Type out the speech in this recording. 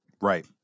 Right